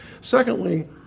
Secondly